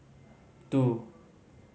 two